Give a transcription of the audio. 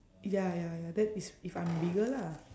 ya ya ya that is if I'm bigger lah